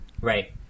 Right